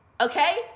okay